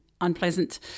unpleasant